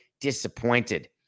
disappointed